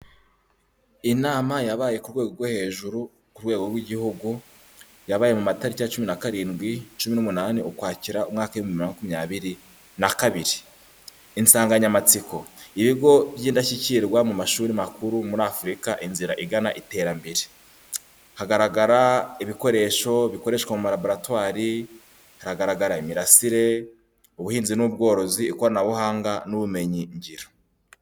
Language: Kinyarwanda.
Inama yabaye ku rwego rwo hejuru ku rwego rw'igihugu yabaye mu matariki ya cumi nakarindwi cumi n'umunani ukwakira umwaka w'ibihumbi bibiri na makumyabiri na kabiri. Insanganyamatsiko ibigo by'indashyikirwa mu mashuri makuru muri Afurika inzira igana iterambere hagaragara ibikoresho bikoreshwa mumalaboratoire, hagaragara imirasire, ubuhinzi n'ubworozi ikoranabuhanga n'ubumenyin ngiro.